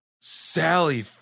Sally